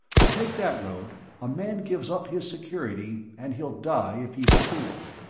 to take that road, a man gives up his security and he'll die if he's a fool.